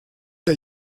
der